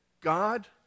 God